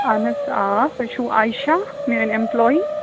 اَہَن حظ آ تُہۍ چھُو عایشہ میٛٲنۍ ایٚمپُلاے